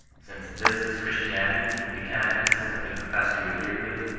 since this is christianity, we cannot consistently pro fess to adhere to it,